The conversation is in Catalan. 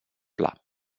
pla